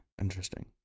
Interesting